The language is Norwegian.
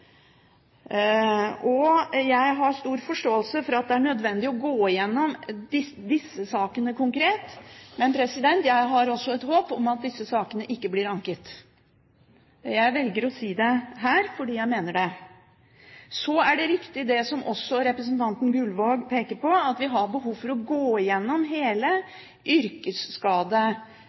gjort. Jeg har stor forståelse for at det er nødvendig å gå gjennom disse sakene konkret, men jeg har også et håp om at disse sakene ikke blir anket. Jeg velger å si det her, fordi jeg mener det. Det er også riktig, som representanten Gullvåg peker på, at vi har behov for å gå gjennom hele